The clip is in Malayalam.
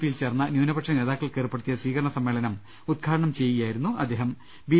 പിയിൽ ചേർന്ന ന്യൂനപക്ഷ നേതാക്കൾക്ക് ഏർപ്പെടുത്തിയ സ്വീകരണ സമ്മേളനം ഉദ്ഘാടനം ചെയ്യുകയായിരുന്നു അദ്ദേഹം ബി